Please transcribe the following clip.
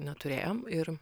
neturėjom ir